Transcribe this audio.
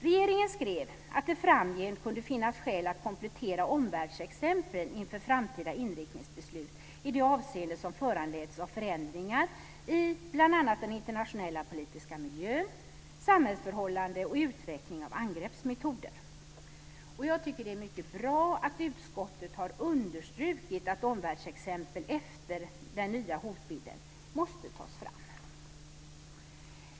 Regeringen skrev att det framgent kunde finnas skäl att komplettera omvärldsexemplen inför framtida inriktningsbeslut i de avseenden som föranleds av förändringar i bl.a. den internationella politiska miljön, samhällsförhållanden och utveckling av angreppsmetoder. Jag tycker att det är mycket bra att utskottet har understrukit att omvärldsexempel måste tas fram efter den nya hotbilden.